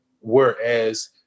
Whereas